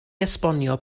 esbonio